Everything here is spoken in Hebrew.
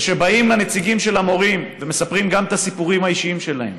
וכשבאים הנציגים של המורים ומספרים גם את הסיפורים האישיים שלהם,